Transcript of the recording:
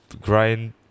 Grind